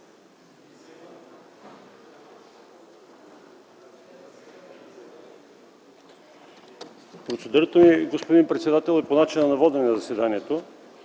Процедурата ми е, господин председател, е по начина на водене на заседанието.